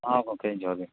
ᱦᱮᱸ ᱜᱚᱝᱠᱮ ᱡᱚᱦᱟᱨᱜᱮ